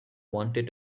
wanted